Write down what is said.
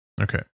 Okay